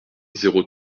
zéro